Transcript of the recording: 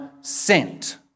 sent